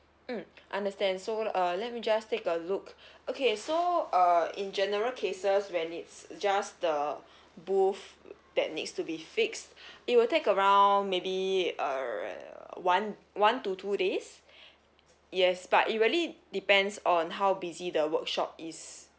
mm understand so uh let me just take a look okay so uh in general cases where it's just the booth that needs to be fixed it will take around maybe err one one to two days yes but it really depends on how busy the workshop is